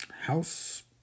house